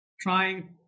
trying